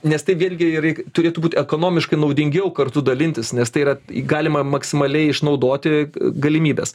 nes tai vėlgi ir turėtų būt ekonomiškai naudingiau kartu dalintis nes tai yra galima maksimaliai išnaudoti galimybes